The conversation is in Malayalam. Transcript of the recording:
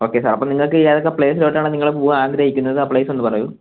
ഓക്കെ സാർ അപ്പം നിങ്ങൾക്ക് ഏതൊക്കെ പ്ലേസിലോട്ടാണ് നിങ്ങൾ പോവാൻ ആഗ്രഹിക്കുന്നത് ആ പ്ലേസ് ഒന്ന് പറയുമോ